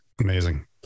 Amazing